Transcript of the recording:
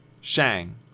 Shang